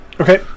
Okay